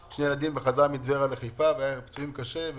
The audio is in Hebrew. ילדיה, בחזרתם מטבריה לחיפה, הם נפצעו קשה.